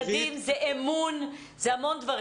זה אמון, זה המון דברים.